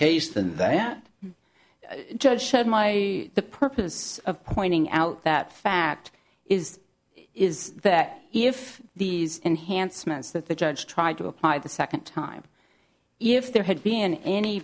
case than that judge said my the purpose of pointing out that fact is is that if these enhancements that the judge tried to apply the second time if there had been any